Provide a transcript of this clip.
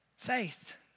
Faith